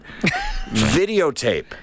Videotape